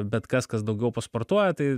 bet kas kas daugiau pasportuoja tai